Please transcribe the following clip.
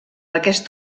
aquest